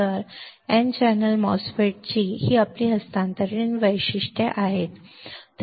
तर N channel एमओएसएफईटीची ही आपली हस्तांतरण वैशिष्ट्ये आहेत